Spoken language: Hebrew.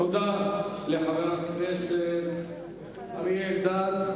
תודה לחבר הכנסת אריה אלדד.